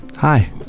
Hi